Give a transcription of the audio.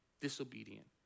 disobedient